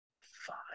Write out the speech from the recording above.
Fine